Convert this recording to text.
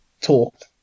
talked